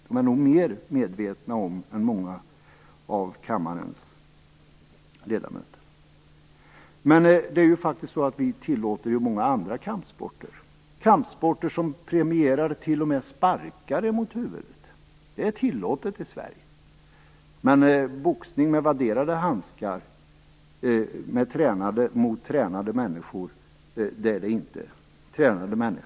De är nog mer medvetna om det än många av kammarens ledamöter. Det är faktiskt så att vi tillåter många andra kampsporten, t.o.m. sådana som premierar sparkar mot huvudet. Det är tillåtet i Sverige, men boxning med vadderade handskar mot tränade människor som frivilligt ger sig in i sporten är det inte.